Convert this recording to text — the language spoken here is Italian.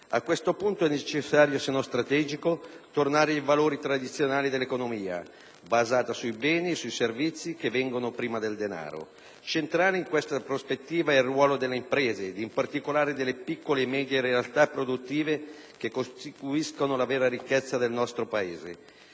A questo punto è necessario, se non strategico, tornare ai valori tradizionali dell'economia, basata sui beni e sui servizi che vengono prima del denaro. Centrale in questa prospettiva è il ruolo delle imprese, in particolare delle piccole e medie realtà produttive, che costituiscono la vera ricchezza del nostro Paese.